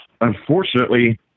Unfortunately